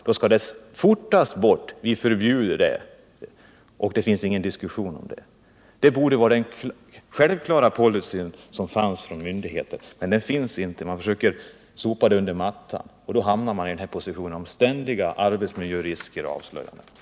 Det skall fortast möjligt bort, och därför förbjuder vi det. Men det finns ingen diskussion om den saken. Detta borde vara myndigheternas självklara policy, men man försöker sopa problemet under mattan. Då hamnar vi i den här positionen med ständiga avslöjanden om arbetsmiljörisker.